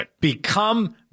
become